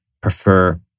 prefer